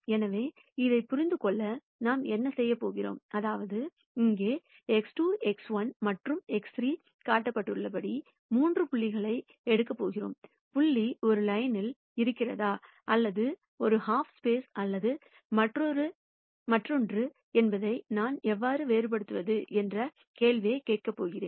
எனவே இதைப் புரிந்து கொள்ள நாம் என்ன செய்யப் போகிறோம் அதாவது இங்கே X2 X1 மற்றும் X3 காட்டப்பட்டுள்ளபடி மூன்று புள்ளிகளை எடுக்கப் போகிறோம் புள்ளி ஒரு லைன்யில் இருக்கிறதா அல்லது ஒரு ஹாஃப்ஸ்பேஸ் அல்லது மற்றொன்று என்பதை நான் எவ்வாறு வேறுபடுத்துவது என்ற கேள்வியைக் கேட்கப் போகிறோம்